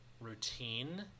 routine